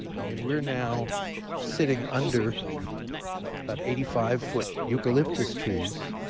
i mean, we're now sitting under what about eighty five foot eucalyptus trees,